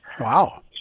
Wow